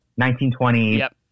1920